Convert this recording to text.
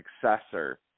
successor